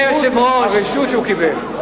בזכות הרשות שהוא קיבל.